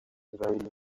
israeli